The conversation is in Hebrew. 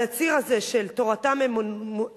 על הציר הזה של תורתם אומנותם,